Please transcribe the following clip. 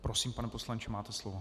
Prosím, pane poslanče, máte slovo.